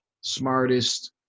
smartest